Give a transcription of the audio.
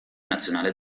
nazionale